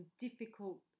difficult